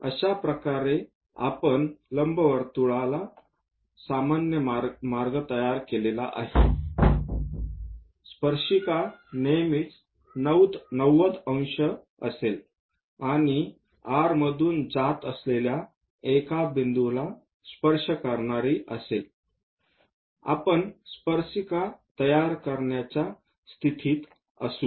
अशा प्रकारे आपण लंबवर्तुळा आपण सामान्य रेषा तयार केलेले आहे स्पर्शिका नेहमीच 90° असेल आणि R मधून जात असलेल्या एका बिंदूला स्पर्श करा आणि आपण स्पर्शिका तयार करण्याच्या स्थितीत असू